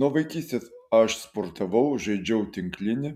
nuo vaikystės aš sportavau žaidžiau tinklinį